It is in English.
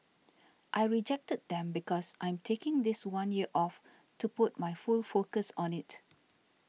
I rejected them because I'm taking this one year off to put my full focus on it